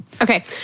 Okay